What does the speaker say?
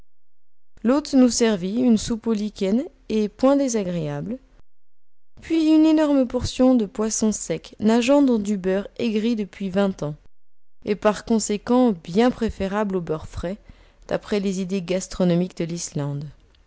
l'hôte nous servit une soupe au lichen et point désagréable puis une énorme portion de poisson sec nageant dans du beurre aigri depuis vingt ans et par conséquent bien préférable au beurre frais d'après les idées gastronomiques de l'islande